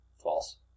False